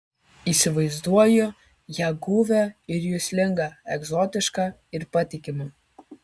įsivaizduoju ją guvią ir juslingą egzotišką ir patikimą